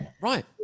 Right